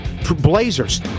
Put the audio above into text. Blazers